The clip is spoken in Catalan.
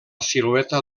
silueta